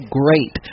great